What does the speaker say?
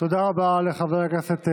תודה רבה לחבר הכנסת אשר.